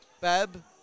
Bab